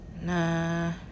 nah